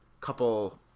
couple